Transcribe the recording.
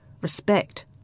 Respect